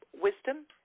wisdom